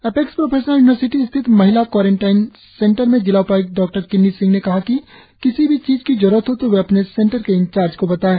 Apex professional university स्थित महिला quarantine centre में जिला उपाय्क्त डॉ किन्नी सिंह ने कहा कि किसी भी चीज को जरुरत हो तो वे अपने सेंटर के इंचार्ज को बताये